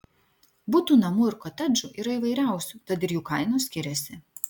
butų namų ir kotedžų yra įvairiausių tad ir jų kainos skiriasi